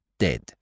Dead